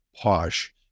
Posh